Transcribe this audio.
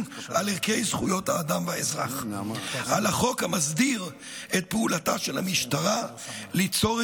על ערכי זכויות האדם והאזרח' על החוק המסדיר את פעולתה של המשטרה ליצור,